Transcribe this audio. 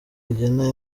rigena